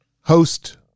host